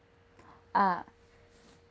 ah